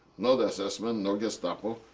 not ss man, no gestapo,